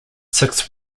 six